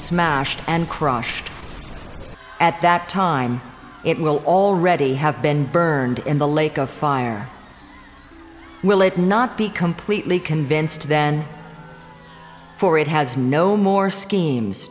smashed and crushed at that time it will already have been burned in the lake of fire will it not be completely convinced then for it has no more schemes